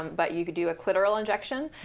but you can do a clitoral injection,